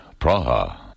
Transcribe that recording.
Praha